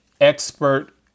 expert